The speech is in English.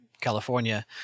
California